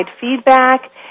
feedback